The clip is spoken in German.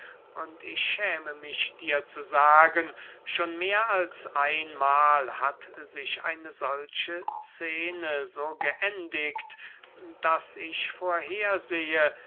und ich schäme mich dir zu sagen schon mehr als einmahl hat sich eine solche scene so geendigt daß ich